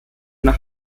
nach